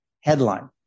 headline